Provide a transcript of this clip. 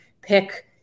pick